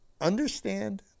understand